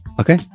okay